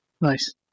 Nice